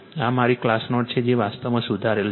આ મારી class note છે જે વાસ્તવમાં સુધારેલ છે